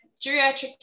geriatric